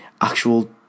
actual